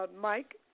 Mike